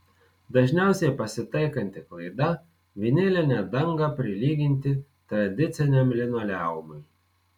dažniausiai pasitaikanti klaida vinilinę dangą prilyginti tradiciniam linoleumui